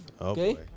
Okay